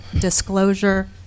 disclosure